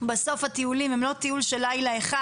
בסוף הטיולים הם לא טיול של לילה אחד,